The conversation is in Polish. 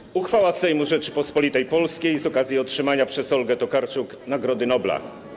O Jezu... „Uchwała Sejmu Rzeczypospolitej Polskiej z okazji otrzymania przez Olgę Tokarczuk Nagrody Nobla.